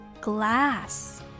glass